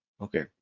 okay